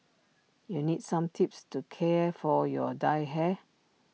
you need some tips to care for your dyed hair